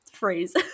phrase